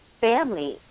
family